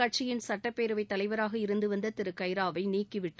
கட்சியின் சட்டப்பேரவைத்தலைவராக இருந்துவந்த திரு கைராவை நீக்கிவிட்டு